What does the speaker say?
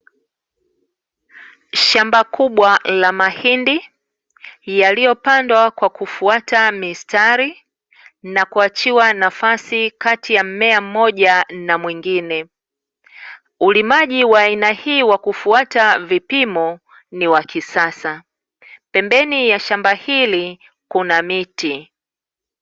Shamba kubwa la mahindi yaliyopandwa kwa kufuata mistari nakuachiwa nafasi kati ya mmea mmoja na mwingine, ulimaji wa aina hii wakufuata vipimo ni wakisasa pembeni ya shamba hili kuna miti.